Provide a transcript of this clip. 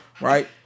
right